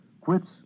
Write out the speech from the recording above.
quits